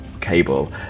cable